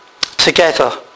Together